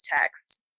text